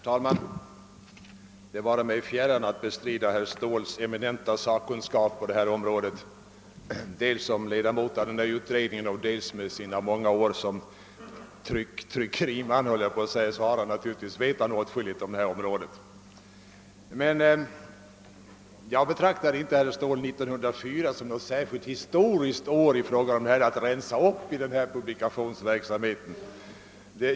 Herr talman! Det vare mig fjärran att bestrida herr Ståhls eminenta sak kunskap på detta område. Han har stora kunskaper i detta ämne dels i egenskap av ledamot av utredningen och dels från sina många år som tidningsman. Jag betraktar inte, herr Ståhl, år 1954 som något särskilt historiskt år i fråga om upprensning av den här publikationsverksamheten.